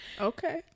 Okay